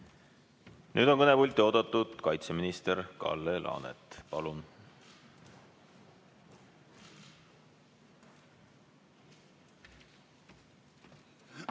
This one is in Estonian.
Nüüd on kõnepulti oodatud kaitseminister Kalle Laanet. Palun!